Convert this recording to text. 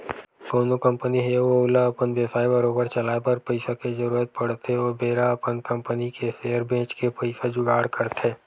कोनो कंपनी हे अउ ओला अपन बेवसाय बरोबर चलाए बर पइसा के जरुरत पड़थे ओ बेरा अपन कंपनी के सेयर बेंच के पइसा जुगाड़ करथे